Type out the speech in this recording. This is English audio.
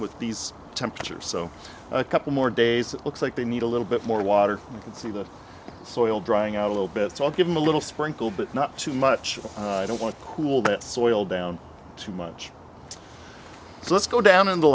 with these temperatures so a couple more days looks like they need a little bit more water could see the soil drying out a little bit so i'll give them a little sprinkle but not too much i don't want pool that soil down too much so let's go down in the